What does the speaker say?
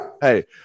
Hey